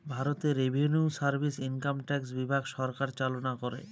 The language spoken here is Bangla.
ভারতে রেভিনিউ সার্ভিস ইনকাম ট্যাক্স বিভাগ সরকার চালনা করে